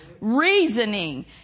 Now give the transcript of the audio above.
reasoning